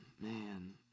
man